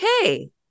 okay